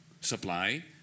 supply